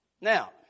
Now